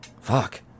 Fuck